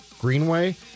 Greenway